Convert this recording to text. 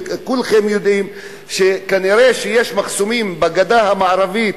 וכולכם יודעים שכנראה יש מחסומים בגדה המערבית